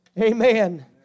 amen